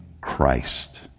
Christ